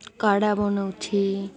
କାଢ଼ା ବନଉଛି